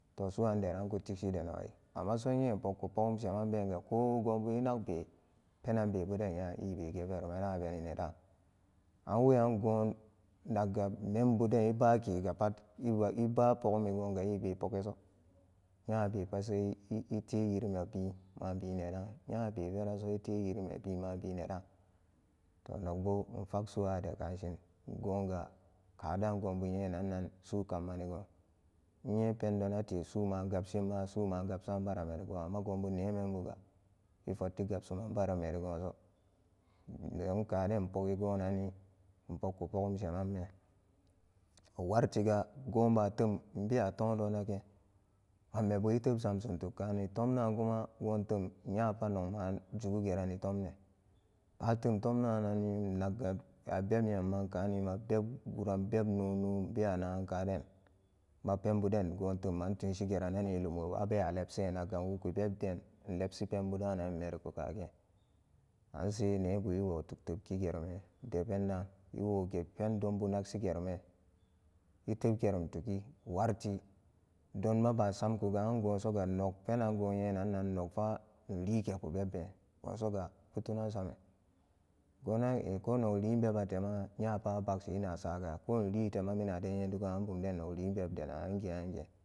To su'un deran ku tikshi de nogi amma so inye in pokku pogum sheman bega ko gobu innagbe penan bebuden nyari ebe geverumanabeni nedan an weyan gon nagga membuden ebakegapat ebapoglimi goga eke poganso nyabepa sai e-etenyirme bin mabi nedan nyabe veraso etenyirme bin mabi nedan to nokbo infaksu'a de kashin gonga kadan gobu enyanannan su kammanigon innye pendonate suma gabshinma su ma gabsa baramerigon amma gonbu nemembuga effotti gabsuman barameri gonso don kaden inpogigonanni in pokku pogum sheman ben wantiga gonba teum inbewa tomdonnagen manmebu etepzamsun tukkani tomda kuma goteum nyapa nogma juguge rani tomden batem tomdananni innagga abeb nyamman kani ma beb guran beb no'no inbewa nagan kaden mapembuden gotemman tunshi gerane lumo abewa lebse nagga inwugu bebden inlebsi penbuda nanni in meriku kagen anse nebu ewo tuk tebkigeruman dependa ewoye pendonbu nakshigeruman etebgerum tugi warti donmabasamkuga angosoga nog penan gonyenan nogfa inligeku bemben gonsoga ku tunan same gonan ehh ko nog lin bematema nyapa a bagsina saga ko inlitema minan ade nyedugan bumden noglim bebdenan angen angen.